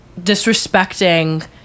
disrespecting